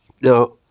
Now